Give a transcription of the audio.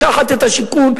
לקחת את השיכון,